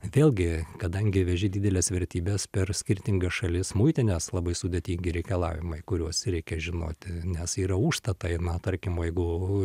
vėlgi kadangi veži dideles vertybes per skirtingas šalis muitinės labai sudėtingi reikalavimai kuriuos reikia žinoti nes yra užtatai na tarkimva jeigu